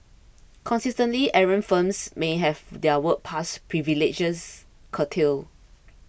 consistently errant firms may have their work pass privileges curtailed